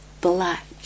black